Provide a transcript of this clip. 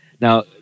Now